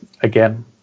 again